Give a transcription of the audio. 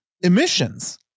emissions